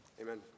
Amen